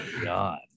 God